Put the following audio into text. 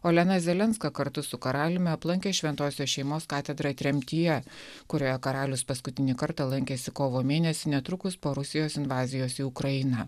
olena zelenska kartu su karaliumi aplankė šventosios šeimos katedrą tremtyje kurioje karalius paskutinį kartą lankėsi kovo mėnesį netrukus po rusijos invazijos į ukrainą